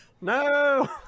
No